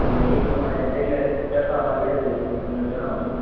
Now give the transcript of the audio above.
અને એ પ્રમાણે જેટલી ટકાવારી હશે એ તમને જણાવીશું